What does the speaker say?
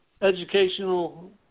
educational